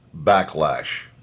backlash